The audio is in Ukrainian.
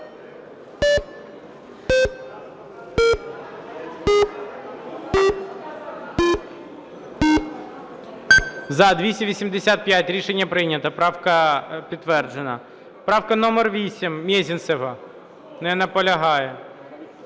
За-285 Рішення прийнято. Правка підтверджена. Правка номер 8, Мезенцева. Не наполягає.